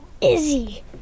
Izzy